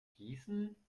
gießen